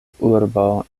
urbo